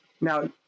Now